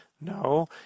No